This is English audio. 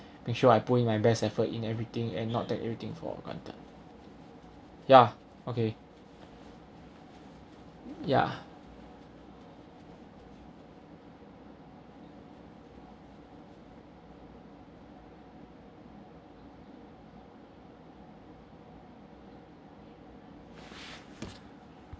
make sure I put in my best effort in everything and not take everything for granted ya okay ya